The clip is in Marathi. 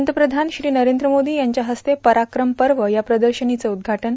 पंतप्रधान श्री नरेंद्र मोदी यांच्या हस्ते पराक्रम पर्व या प्रदर्शनीचं उद्घाटन